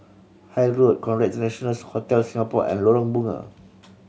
Hythe Road Conrad International Hotel Singapore and Lorong Bunga